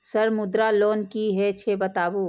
Sir Mudra loan की हे छे बताबू?